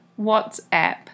WhatsApp